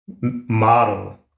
model